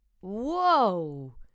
Whoa